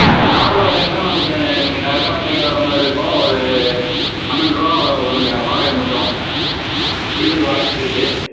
நா நாள் வாடகைனா நமக்கு நீங்கள் டேரெக்டாக போய்விட்டு வர மாதிரி இருக்கும் ஒரு பன்னெண்டு ருபா வருங்க வாடகை மட்டும் டீசல் வாடகையும் சேர்த்து